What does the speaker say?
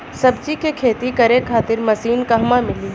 सब्जी के खेती करे खातिर मशीन कहवा मिली?